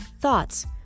thoughts